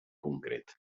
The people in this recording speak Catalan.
concret